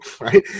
right